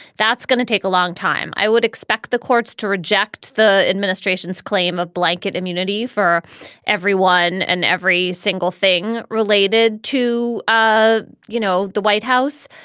that's going to take a long long time. i would expect the courts to reject the administration's claim of blanket immunity for every one and every single thing related to, ah you know, the white house.